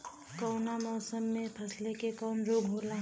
कवना मौसम मे फसल के कवन रोग होला?